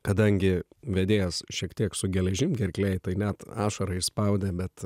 kadangi vedėjas šiek tiek su geležim gerklėj tai net ašarą išspaudė bet